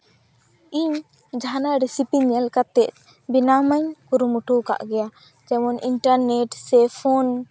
ᱤᱧ ᱡᱟᱦᱟᱱᱟᱜ ᱨᱮᱥᱤᱯᱤ ᱧᱮᱞ ᱠᱟᱛᱮ ᱵᱮᱱᱟᱣ ᱢᱟᱧ ᱠᱩᱨᱩᱢᱩᱴᱩᱣ ᱠᱟᱜ ᱜᱮᱭᱟ ᱡᱮᱢᱚᱱ ᱤᱱᱴᱟᱨᱱᱮᱹᱴ ᱥᱮ ᱯᱷᱳᱱ